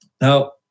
Now